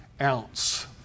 ounce